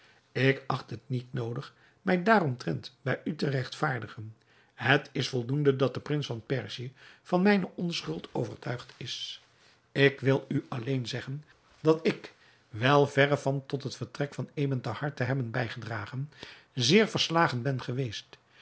ik acht het niet noodig mij daaromtrent bij u te regtvaardigen het is voldoende dat de prins van perzië van mijne onschuld overtuigd is ik wil u alleen zeggen dat ik wel verre van tot het vertrek van ebn thahar te hebben bijgedragen zeer verslagen ben geweest